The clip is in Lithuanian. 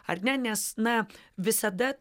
ar ne nes na visada